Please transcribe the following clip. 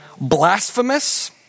blasphemous